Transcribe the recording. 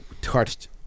touched